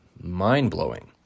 mind-blowing